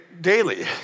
daily